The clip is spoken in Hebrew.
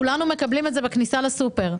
כולנו מקבלים את זה בכניסה לסופר,